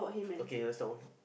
okay let's talk more